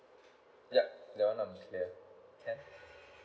yup there are can